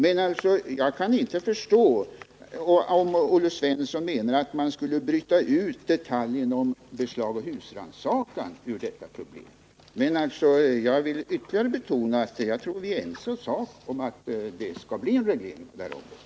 Men jag kan inte förstå om Olle Svensson menar att man skall bryta ut detaljen om beslag och husrannsakan ur detta problem. Men jag vill ytterligare betona att jag tror att vi i sak är ense om att det behövs en reglering på det här området.